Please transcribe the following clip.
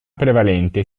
prevalente